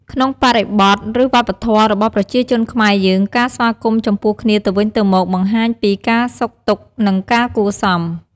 ក្នុងបរិបទ ឬ វប្បធម៌របស់ប្រជាជនខ្មែរយើង ការស្វាគមន៍ចំពោះគ្នាទៅវិញទៅមក បង្ហាញពីការសុខទុក្ខ និងការគួរសម។